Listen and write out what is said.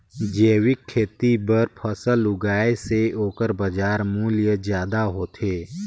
जैविक खेती बर फसल उगाए से ओकर बाजार मूल्य ज्यादा होथे